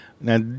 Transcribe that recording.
Now